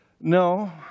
No